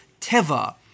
Teva